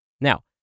Now